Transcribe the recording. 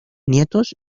nietos